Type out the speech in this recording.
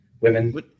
women